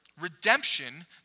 redemption